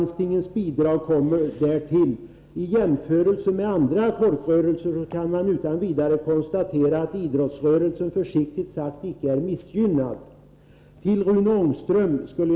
Därtill kommer landstingens bidrag. Man kan utan vidare konstatera att idrottsrörelsen, försiktigt sagt, i jämförelse med andra folkrörelser icke är missgynnad.